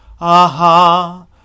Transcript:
Aha